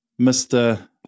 Mr